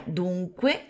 dunque